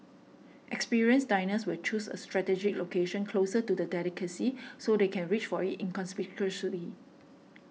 experienced diners will choose a strategic location closer to the delicacy so they can reach for it inconspicuously